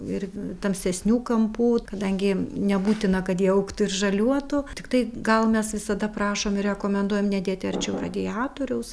ir tamsesnių kampų kadangi nebūtina kad ji augtų ir žaliuotų tiktai gal mes visada prašom ir rekomenduojam nedėti arčiau radiatoriaus